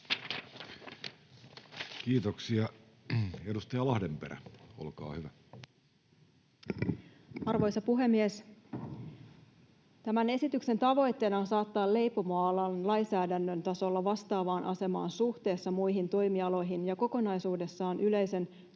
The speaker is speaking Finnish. muuttamisesta Time: 17:10 Content: Arvoisa puhemies! Tämän esityksen tavoitteena on saattaa leipomoala lainsäädännön tasolla vastaavaan asemaan suhteessa muihin toimialoihin ja kokonaisuudessaan yleisen työlain